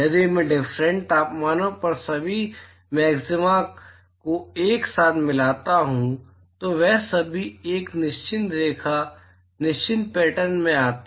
यदि मैं डिफरेंट तापमानों पर सभी मैक्सिमा को एक साथ मिलाता हूं तो वे सभी एक निश्चित रेखा निश्चित पैटर्न में आते हैं